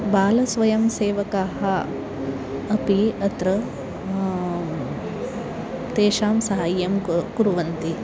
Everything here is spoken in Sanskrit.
बालस्वयं सेवकाः अपि अत्र तेषां साहायं कु कुर्वन्ति